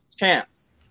champs